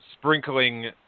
sprinkling